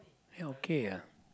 then okay ah